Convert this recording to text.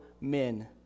men